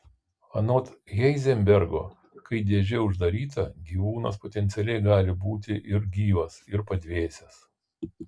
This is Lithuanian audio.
anot heizenbergo kai dėžė uždaryta gyvūnas potencialiai gali būti ir gyvas ir padvėsęs